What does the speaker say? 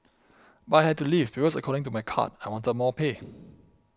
but I had to leave because according to my card I wanted more pay